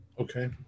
Okay